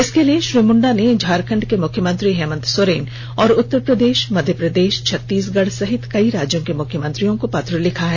इसके लिए श्री मुण्डा ने झारखण्ड के मुख्यमंत्री हेमन्त सोरेन और उतर प्रदेष मध्यप्रदेष छतीसगढ़ सहित कई राज्यों के मुख्यमंत्रियों को पत्र लिखा है